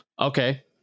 Okay